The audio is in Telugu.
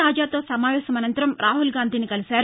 రాజాతో సమావేశం అనంతరం రాహుల్ గాంధీని కలిశారు